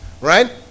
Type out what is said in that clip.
right